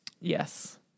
Yes